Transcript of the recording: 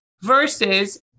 versus